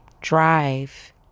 drive